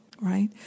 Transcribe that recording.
right